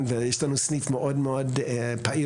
גדלתי בבית שהיו לי מצד אחד סבים חרדים ומצד שני סבים חילונים,